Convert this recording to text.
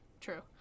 True